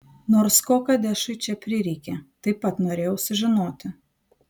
nors ko kadešui čia prireikė taip pat norėjau sužinoti